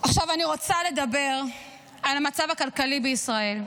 עכשיו אני רוצה לדבר על המצב הכלכלי בישראל.